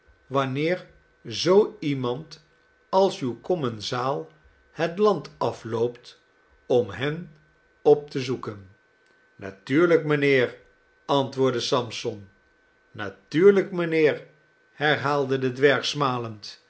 wanneer zoo iemand als uw commensaal het land afloopt om hen op te zoeken natuurlijk mijnheer antwoordde sampson natuurlijk mijnheer herhaalde de dwerg smalend